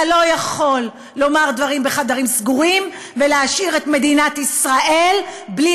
אתה לא יכול לומר דברים בחדרים סגורים ולהשאיר את מדינת ישראל בלי